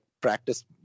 practice